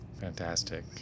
Fantastic